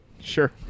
sure